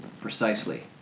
precisely